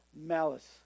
malice